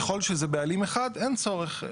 ככל שזה בעלים אחד אין צורך,